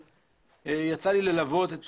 יצא לי ללוות את